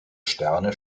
sterne